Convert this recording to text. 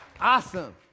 Awesome